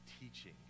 teaching